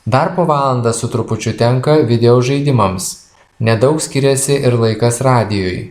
darbo valanda su trupučiu tenka video žaidimams nedaug skiriasi ir laikas radijui